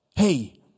hey